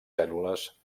cèl·lules